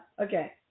Okay